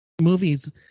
movies